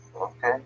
Okay